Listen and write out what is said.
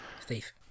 Thief